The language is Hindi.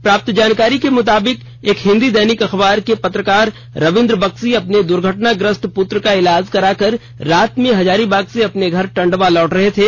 प्राप्त जानकारी के मुताबिक एक हिंदी दैनिक अखबार के पत्रकार रबिंद्र बक्सी अपने दुर्घटनाग्रस्त पुत्र का इलाज कराकर रात में हजारीबाग से अपने घर टंडवा लौट रहे थे